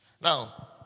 Now